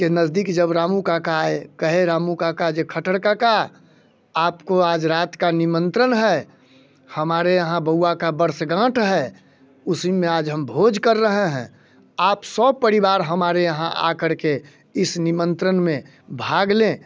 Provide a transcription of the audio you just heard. कि नज़दीक जब रामू काका आए कहे रामू काका जे खटर काका आपको आज रात का निमंत्रण है हमारे यहाँ बउवा का वर्षगाँठ है उसी में आज हम भोज कर रहे हैं आप सपरिवार हमारे यहाँ आकर के इस निमंत्रण में भाग लें